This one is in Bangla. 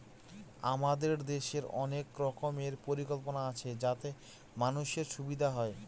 আমাদের দেশের অনেক রকমের পরিকল্পনা আছে যাতে মানুষের সুবিধা হয়